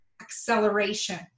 acceleration